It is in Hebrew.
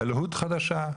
אלוהות חדשה,